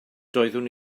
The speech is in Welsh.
doeddwn